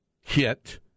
hit